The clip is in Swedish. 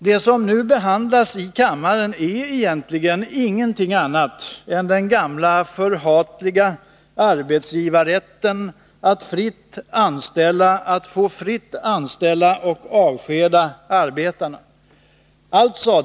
Det som nu behandlas i kammaren är egentligen ingenting annat än den gamla förhatliga arbetsgivarrätten att få fritt anställa och avskeda arbetarna.